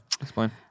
Explain